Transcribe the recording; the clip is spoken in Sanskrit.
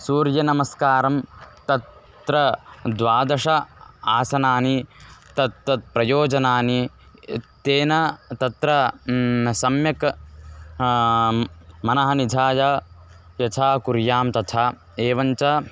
सूर्यनमस्कारं तत्र द्वादश आसनानि तत्तत् प्रयोजनानि तेन तत्र सम्यक् मनः निधाय यथा कुर्यां तथा एवञ्च